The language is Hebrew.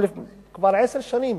כבר עשר שנים.